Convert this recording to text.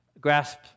grasp